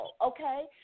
okay